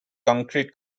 concrete